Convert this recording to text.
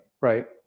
right